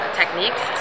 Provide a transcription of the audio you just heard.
techniques